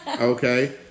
Okay